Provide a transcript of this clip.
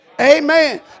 Amen